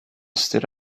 stood